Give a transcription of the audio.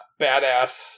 badass